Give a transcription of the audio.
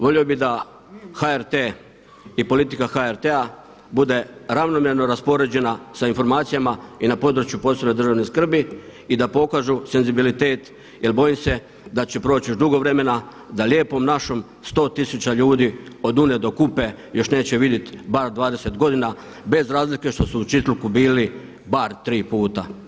Volio bih da HRT i politika HRT-a bude ravnomjerno raspoređena sa informacijama i na području od posebne državne skrbi i da pokažu senzibilitet jel bojim se da će proći još dugo vremena da lijepom našom 100 tisuća ljudi od Une do Kupe još neće vidjet bar 20 godina bez razlike što su u Čitluku bili bar tri puta.